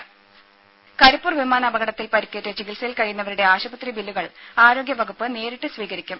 രുമ കരിപ്പൂർ വിമാനപകടത്തിൽ പരിക്കേറ്റ് ചികിത്സയിൽ കഴിയുന്നവരുടെ ആശുപത്രി ബില്ലുകൾ ആരോഗ്യവകുപ്പ് നേരിട്ട് സ്വീകരിക്കും